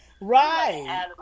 Right